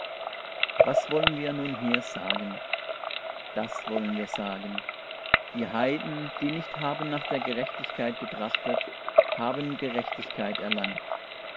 was wollen wir nun hier sagen das wollen wir sagen die heiden die nicht haben nach der gerechtigkeit getrachtet haben gerechtigkeit erlangt